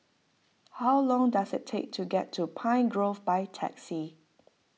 how long does it take to get to Pine Grove by taxi